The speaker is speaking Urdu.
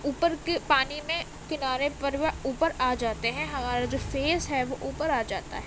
اوپر کے پانی میں کنارے پر وہ اوپر آ جاتے ہیں ہمارا جو فیس ہے وہ اوپر آ جاتا ہے